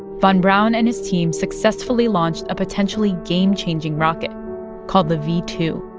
von braun and his team successfully launched a potentially game-changing rocket called the v two